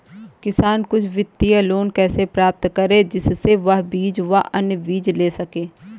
किसान कुछ वित्तीय लोन कैसे प्राप्त करें जिससे वह बीज व अन्य चीज ले सके?